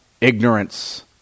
ignorance